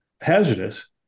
hazardous